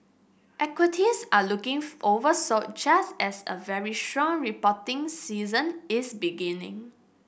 equities are looking oversold just as a very strong reporting season is beginning